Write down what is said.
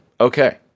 okay